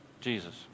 Jesus